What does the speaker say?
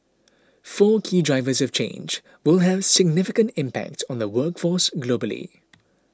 four key drivers of change will have significant impact on the workforce globally